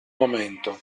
momento